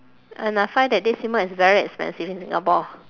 and I find that dead sea mud is very expensive in singapore